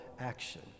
action